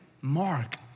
Mark